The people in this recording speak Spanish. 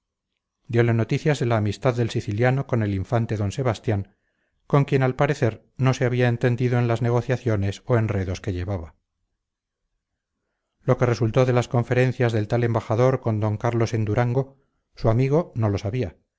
oía diole noticias de la amistad del siciliano con el infante d sebastián con quien al parecer no se había entendido en las negociaciones o enredos que llevaba lo que resultó de las conferencias del tal embajador con d carlos en durango su amigo no lo sabía